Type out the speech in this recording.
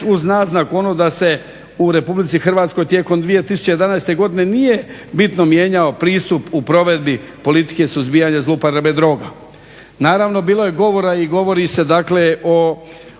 uz naznaku ono da se u Republici Hrvatskoj tijekom 2011. godine nije bitno mijenjao pristup u provedbi politike suzbijanja zlouporabe droga. Naravno bilo je govora i govori se dakle o